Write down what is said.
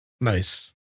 Nice